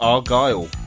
Argyle